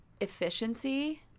efficiency